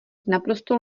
naprosto